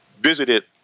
visited